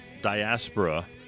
diaspora